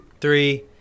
Three